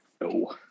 No